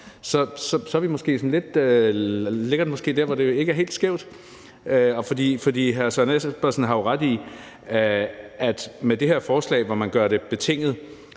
ligger det måske der, hvor det ikke er helt skævt. For hr. Søren Espersen har jo ret i, at med det her forslag, hvor man gør det betinget,